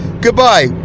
Goodbye